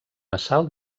assalt